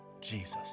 Jesus